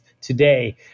today